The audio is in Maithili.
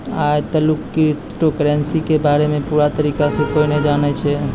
आय तलुक क्रिप्टो करेंसी के बारे मे पूरा तरीका से कोय नै जानै छै